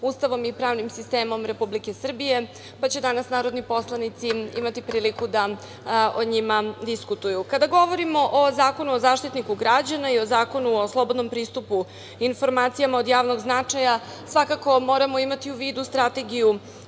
Ustavom i pravnim sistemom Republike Srbije, pa će danas narodni poslanici imati priliku da o njima diskutuju. Kada govorimo o Zakonu o Zaštitniku građana i o Zakonu o slobodnom pristupu informacijama od javnog značaja, svakako moramo imati u vidu Strategiju